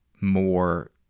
more